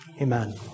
Amen